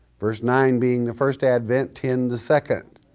verse nine being the first advent, ten the second.